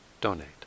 donate